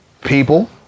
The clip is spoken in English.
people